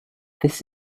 this